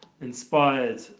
inspired